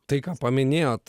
tai ką paminėjot